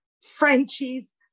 Frenchie's